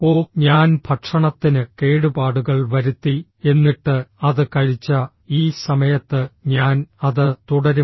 ഓ ഞാൻ ഭക്ഷണത്തിന് കേടുപാടുകൾ വരുത്തി എന്നിട്ട് അത് കഴിച്ച ഈ സമയത്ത് ഞാൻ അത് തുടരും